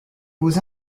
vos